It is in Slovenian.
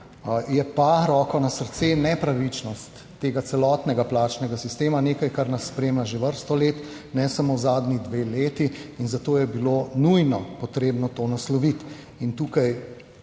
Je pa, roko na srce, nepravičnost tega celotnega plačnega sistema nekaj kar nas spremlja že vrsto let, ne samo zadnji dve leti in zato je bilo nujno potrebno to nasloviti in tukaj